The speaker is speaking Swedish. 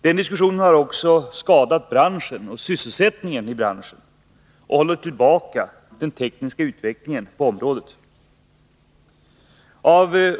Den diskussionen har också skadat branschen och sysselsättningen i branschen och hållit tillbaka den tekniska utvecklingen på området.